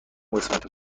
قسمت